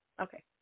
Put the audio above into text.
Okay